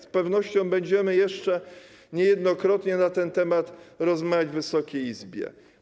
Z pewnością będziemy jeszcze niejednokrotnie na ten temat rozmawiać w Wysokiej Izbie.